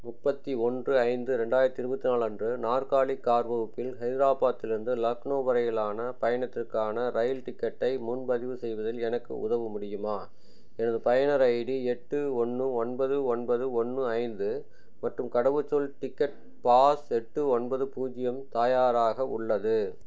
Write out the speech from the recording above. முப்பத்தி ஒன்று ஐந்து ரெண்டாயிரத்தி இருபத்தி நாலு அன்று நாற்காலி கார் வகுப்பில் ஹைதராபாத்தில் இருந்து லக்னோ வரையிலான பயணத்திற்கான ரயில் டிக்கெட்டை முன்பதிவு செய்வதில் எனக்கு உதவ முடியுமா எனது பயனர் ஐடி எட்டு ஒன்று ஒன்பது ஒன்பது ஒன்று ஐந்து மற்றும் கடவுச்சொல் டிக்கெட் பாஸ் எட்டு ஒன்பது பூஜ்ஜியம் தயாராக உள்ளது